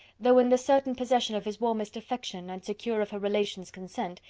though in the certain possession of his warmest affection, and secure of her relations' consent,